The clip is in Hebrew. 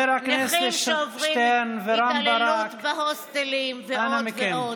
נכים שעוברים התעללות בהוסטלים ועוד ועוד.